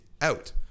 out